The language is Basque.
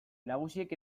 nagusiek